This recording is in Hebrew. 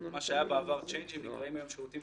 מה שהיה בעבר צ'יינג' נקרא היום "שירותים